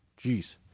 Jeez